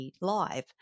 live